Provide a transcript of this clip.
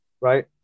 right